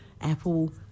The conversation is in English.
apple